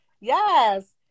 Yes